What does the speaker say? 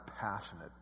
passionate